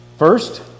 first